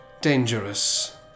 Dangerous